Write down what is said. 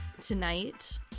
tonight